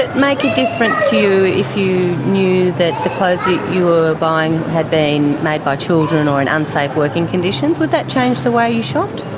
it make a difference to you if you knew that the clothes you were ah buying had been made by children or in unsafe working conditions? would that change the way you shopped?